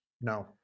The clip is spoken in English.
no